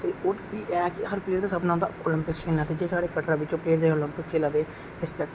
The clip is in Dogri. ते एह् बी है कि हर प्लेयर दा सपना होंदा आलपिंक खेलना ते जेहड़ा साढ़े कटरा बिच प्लेयर हे आलपिंक खेला दे